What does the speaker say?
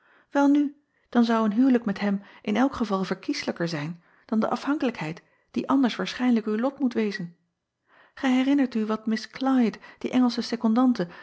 welnu dan zou een huwelijk met hem in elk geval verkieslijker zijn dan de afhankelijkheid die anders waarschijnlijk uw lot moet wezen ij herinnert u wat iss lyde die ngelsche secondante